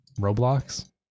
Roblox